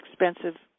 expensive